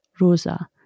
Rosa